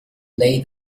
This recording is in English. lay